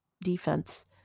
defense